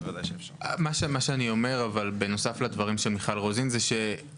איסוף וליקוט כך שגם זה רכיב שאתם חייבים להתייחס